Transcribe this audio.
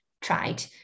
tried